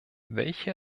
welche